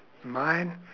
mine